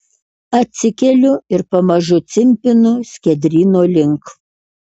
atsikeliu ir pamažu cimpinu skiedryno link